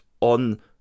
on